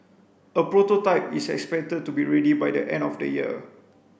a prototype is expected to be ready by the end of the year